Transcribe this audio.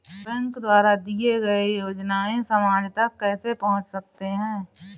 Bank द्वारा दिए गए योजनाएँ समाज तक कैसे पहुँच सकते हैं?